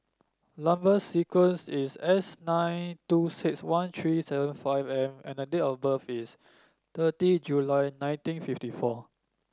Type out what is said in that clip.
number sequence is S nine two six one three seven five M and date of birth is thirty July nineteen fifty four